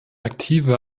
aktive